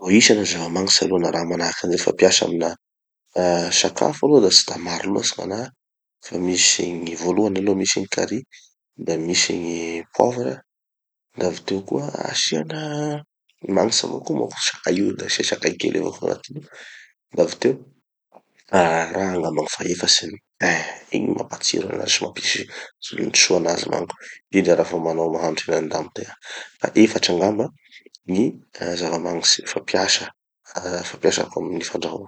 Voaisa aloha gny zava-magnitsy aloha na raha manahaky anizay fampiasa amina ah sakafo aloha da tsy da maro loatsy gn'anaha. Fa misy, gny voalohany aloha misy gny carrie, da misy gny poivre, da avy teo koa asiana, magnitsy avao koa manko sakay io da asia sakay kely avoa koa agnatiny ao. Da avy teo, raha angamba gny faha efatsiny, tin, igny gny mampatsiro anazy sy mampisy tsirony soa anazy manko, indrindra raha fa manao mahandro henan-dambo tegna. Ka efatry angamba gny zava-magnitsy fampiasa fa- fampiasako amy fandrahoa.